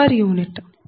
1 j4